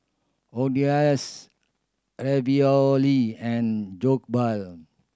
Quesadillas Ravioli and Jokbal